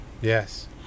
Yes